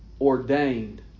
ordained